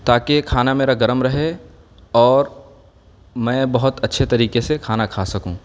تاکہ یہ کھانا میرا گرم رہے اور میں بہت اچھے تریقے سے کھانا کھا سکوں